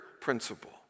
principle